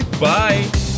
bye